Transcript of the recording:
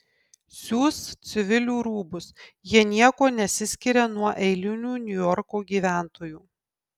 siūs civilių rūbus jie niekuo nesiskiria nuo eilinių niujorko gyventojų